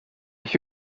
ich